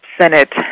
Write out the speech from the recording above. Senate